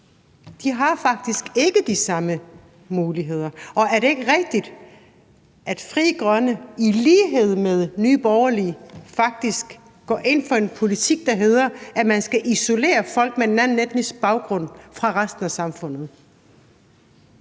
i, faktisk ikke har de samme muligheder. Og er det ikke rigtigt, at Frie Grønne i lighed med Nye Borgerlige faktisk går ind for en politik, der hedder, at man skal isolere folk med en anden etnisk baggrund fra resten af samfundet?